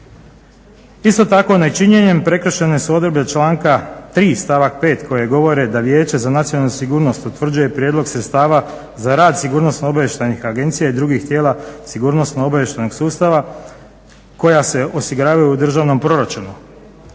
Isto tako nečinjenjem prekršene su odredbe članka 3. stavak 5. koje govore da vijeće za nacionalnu sigurnost utvrđuje prijedlog sredstava za rad sigurnosno-obavještajnih agencija i drugih tijela sigurnosno-obavještajnog sustava koja se osiguravaju u državnom proračunu.